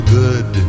good